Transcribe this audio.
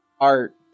art